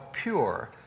pure